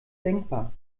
denkbar